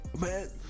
Man